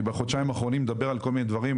אני בחודשיים האחרונים מדבר על כל מיני דברים,